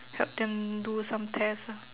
help them do some tests ah